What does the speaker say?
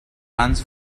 runs